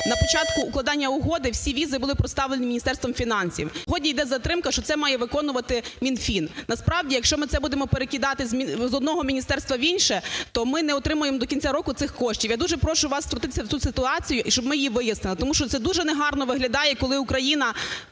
на початку укладання угоди всі візи були проставлені Міністерством фінансів. Сьогодні йде затримка, що це має виконувати Мінфін. Насправді, якщо ми це будемо перекидати з одного міністерства в інше, то ми не отримаємо до кінця року цих коштів. Я дуже прошу вас втрутитися в цю ситуацію і щоб ми її вияснили. Тому що це дуже негарно виглядає, коли Україна